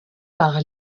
par